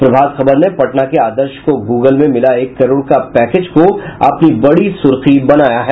प्रभात खबर ने पटना के आदर्श को गुगल में मिला एक करोड़ का पैकेज को अपनी बड़ी सुर्खी बनाया है